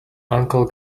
uncle